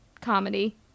comedy